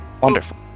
Wonderful